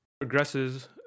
Progresses